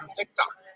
TikTok